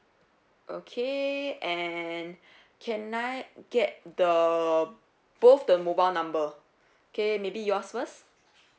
okay and can I get the both the mobile number okay maybe yours first